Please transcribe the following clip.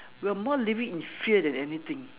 we're more living in fear than anything